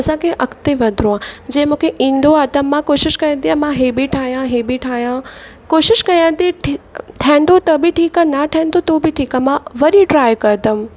असांखे अॻिते वधिणो आहे जे मूंखे ईंदो आहे त मां कोशिश करंदी आहियां हे बि ठाहियां हीउ बि ठाहियां कोशिश कयां थी ठी ठहंदो त बि ठीकु आहे न ठहंदो थो बि ठीकु आहे मां वरी ट्राए करींदमि